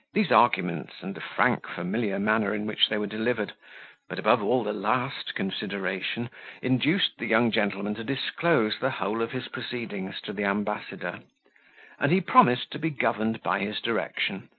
these arguments, and the frank familiar manner in which they were delivered but, above all, the last consideration induced the young gentleman to disclose the whole of his proceedings to the ambassador and he promised to be governed by his direction,